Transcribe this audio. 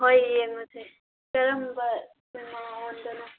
ꯍꯣꯏ ꯌꯦꯡꯉꯨꯁꯦ ꯀꯔꯝꯕ ꯁꯤꯅꯦꯃꯥ ꯍꯣꯜꯗꯅꯣ